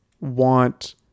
want